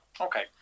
Okay